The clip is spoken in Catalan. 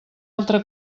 altra